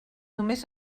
només